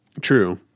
True